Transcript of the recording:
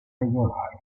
regolare